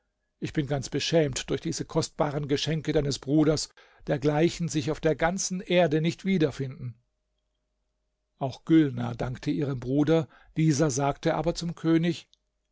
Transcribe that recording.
ich bin ganz beschämt durch diese kostbaren geschenke deines bruders dergleichen sich auf der ganzen erde nicht wiederfinden auch gülnar dankte ihrem bruder dieser sagte aber zum könig